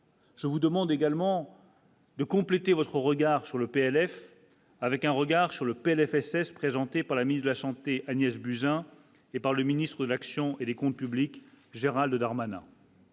Je vous demande également. De compléter votre regard sur le PLF avec un regard sur le PLFSS présenté par la mise de la Santé, Agnès Buzyn et par le ministre de l'action et des Comptes publics Gérald Darmanin.